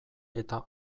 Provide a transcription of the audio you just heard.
eta